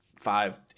five –